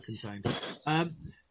contained